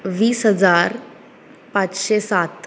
वीस हजार पांचशे सात